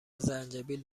زنجبیل